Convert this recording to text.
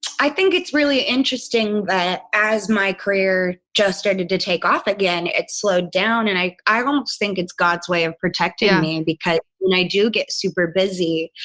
i think it's really interesting that as my career just started to take off again, it slowed down. and i, i almost think it's god's way of protecting me, because when i do get super busy,